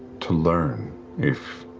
to learn if